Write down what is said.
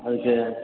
அதுக்கு